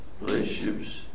relationships